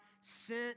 sent